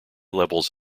levels